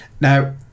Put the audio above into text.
Now